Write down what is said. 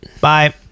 Bye